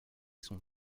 son